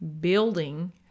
Building